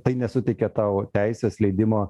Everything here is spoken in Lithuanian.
tai nesuteikia tau teisės leidimo